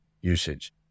usage